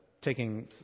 taking